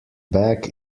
bag